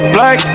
Black